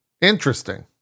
Interesting